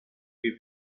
wie